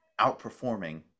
outperforming